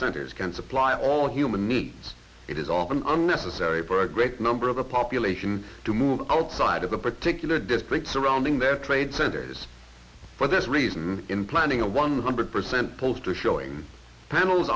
centers can supply all human needs it is often unnecessary for a great number of the population to move outside of a particular district surrounding their trade centers for this reason in planning a one hundred percent poster showing panels